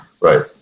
Right